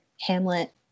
Hamlet